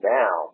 now